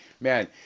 man